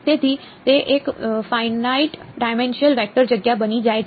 તેથી તે એક ફાઇનાઇટ ડાયમેન્શનલ વેક્ટર જગ્યા બની જાય છે